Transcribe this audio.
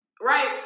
Right